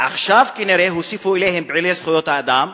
ועכשיו כנראה הוסיפו אליהם פעילי זכויות אדם.